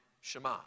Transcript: Shema